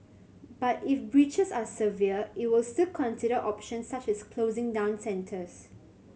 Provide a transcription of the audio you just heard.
but if breaches are severe it will still consider options such as closing down centres